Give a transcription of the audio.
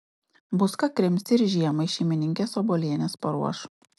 bus ką krimsti ir žiemai šeimininkės obuolienės paruoš